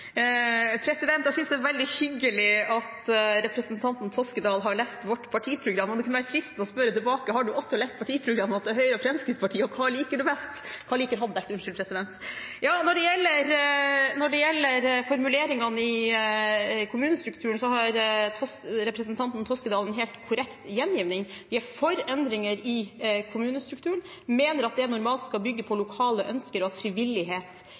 Jeg synes det er veldig hyggelig at representanten Toskedal har lest vårt partiprogram, og det kunne være fristende å spørre tilbake: Har du også lest partiprogrammene til Høyre og Fremskrittspartiet, og hva liker du best? Når det gjelder formuleringene om kommunestrukturen, har representanten Toskedal en helt korrekt gjengiving. Vi er for endringer i kommunestrukturen. Vi mener at det normalt skal bygge på lokale ønsker, og at frivillighet